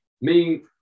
meaning